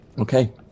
Okay